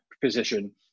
position